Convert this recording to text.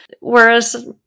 whereas